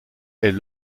est